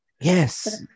Yes